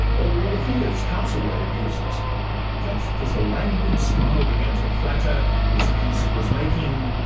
or all the figures castlereagh abuses just as a languid smile began to flatter his peace was making,